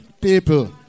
people